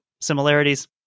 similarities